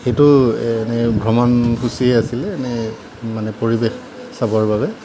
সেইটো এনেই ভ্ৰমণসূচীয়েই আছিলে এনেই মানে পৰিৱেশ চাবৰ বাবে